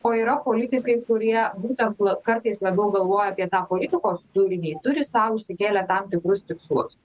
o yra politikai kurie būtent la kartais labiau galvoja apie tą politikos turinį turi sau išsikėlę tam tikrus tikslus